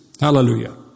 Hallelujah